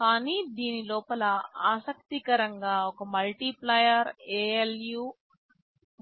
కానీ దీని లోపల ఆసక్తికరంగా ఒక మల్టిప్లైయెర్ ALU